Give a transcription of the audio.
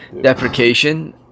deprecation